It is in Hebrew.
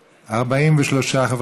בעד.